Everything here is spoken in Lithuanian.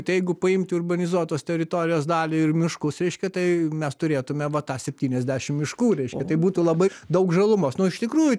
tai jeigu paimti urbanizuotos teritorijos dalį ir miškus reiškia tai mes turėtume va tą septyniasdešimt miškų reiškia tai būtų labai daug žalumos nu iš tikrųjų